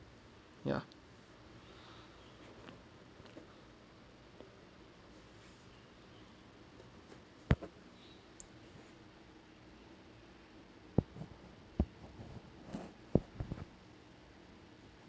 ya